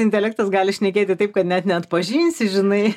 intelektas gali šnekėti taip kad net neatpažinsi žinai